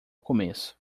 começo